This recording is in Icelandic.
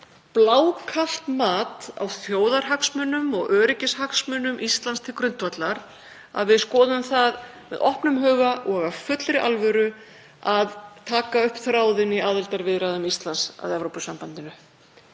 blákalt mat á þjóðarhagsmunum og öryggishagsmunum Íslands til grundvallar og að við skoðum það með opnum huga og af fullri alvöru að taka upp þráðinn í aðildarviðræðum Íslands að Evrópusambandinu.